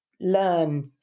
learn